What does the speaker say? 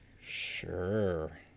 Sure